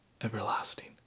Everlasting